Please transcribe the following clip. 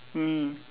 mm